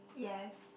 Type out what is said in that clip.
yes